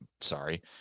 sorry